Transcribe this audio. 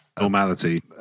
normality